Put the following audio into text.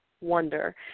wonder